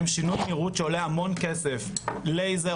- שינוי נראות שעולה המון כסף: לייזר,